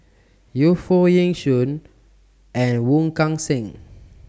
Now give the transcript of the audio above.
Yu Foo Yee Shoon and Wong Kan Seng